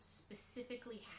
specifically